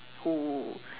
who